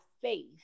faith